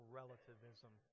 relativism